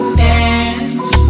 dance